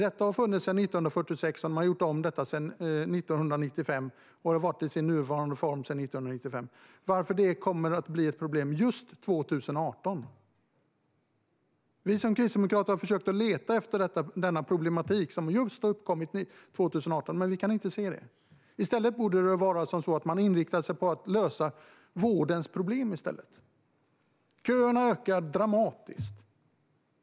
Det har funnits sedan 1946 och haft sin nuvarande form sedan 1995. Varför kommer det att bli ett problem just 2018? Vi kristdemokrater har försökt att se den problematik som togs upp just 2018, men vi kan inte se den. I stället borde man inrikta sig på att lösa vårdens problem. Köerna ökar dramatiskt.